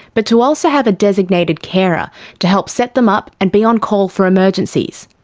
but to also have a designated carer to help set them up and be on call for emergencies.